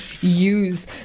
use